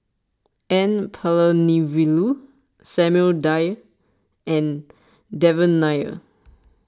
N Palanivelu Samuel Dyer and Devan Nair